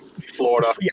Florida